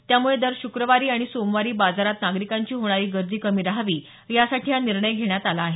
त्यामुळे दर शुक्रवारी आणि सोमवारी बाजारात नागरिकांची होणारी गर्दी कमी रहावी यासाठी हा निर्णय घेण्यात आला आहे